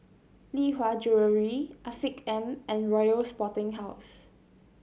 Lee Hwa Jewellery Afiq M and Royal Sporting House